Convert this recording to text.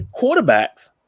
quarterbacks